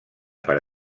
per